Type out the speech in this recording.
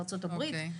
ארצות הברית.